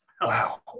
Wow